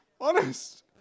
Honest